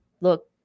look